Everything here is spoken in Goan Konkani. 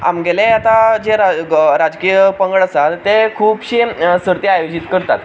आमगेले आतां जे राजकीय पंगड आसा ते खुबशे सर्ती आयोजीत करतात